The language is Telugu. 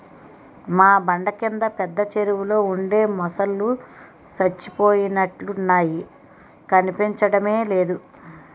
మా బండ కింద పెద్ద చెరువులో ఉండే మొసల్లు సచ్చిపోయినట్లున్నాయి కనిపించడమే లేదు